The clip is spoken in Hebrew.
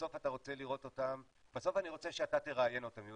בסוף אני רוצה שאתה תראיין אותם,